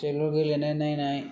जोलुर गेलेनाय नायनाय